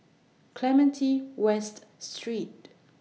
Clementi West Street